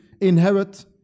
inherit